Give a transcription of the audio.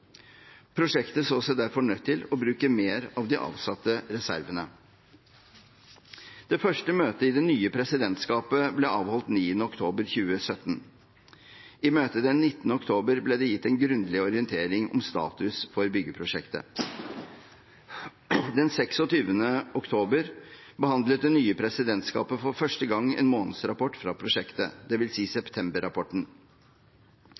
Prosjektet så seg derfor nødt til å bruke mer av de avsatte reservene. Det første møtet i det nye presidentskapet ble avholdt 9. oktober 2017. I møte den 19. oktober ble det gitt en grundig orientering om status for byggeprosjektet. Den 26. oktober behandlet det nye presidentskapet for første gang en månedsrapport fra prosjektet,